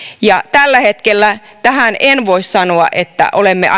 tällä hetkellä en voi sanoa että olemme